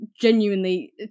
genuinely